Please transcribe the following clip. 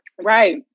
right